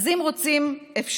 אם רוצים, אפשר.